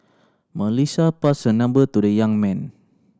Melissa passed her number to the young man